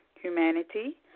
humanity